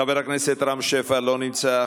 חבר הכנסת רם שפע, לא נמצא.